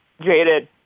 jaded